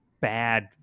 bad